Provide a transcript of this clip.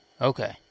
Okay